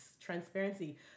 transparency